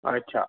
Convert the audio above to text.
अच्छा